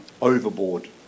overboard